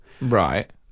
Right